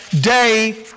day